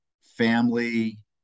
family